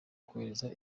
kohereza